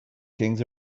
kings